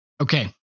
Okay